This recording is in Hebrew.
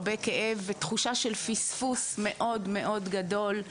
הרבה כאב ותחושה של פספוס מאוד מאוד גדול,